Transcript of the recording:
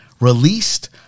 released